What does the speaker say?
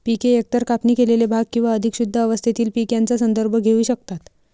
पिके एकतर कापणी केलेले भाग किंवा अधिक शुद्ध अवस्थेतील पीक यांचा संदर्भ घेऊ शकतात